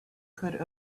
could